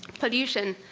pollution,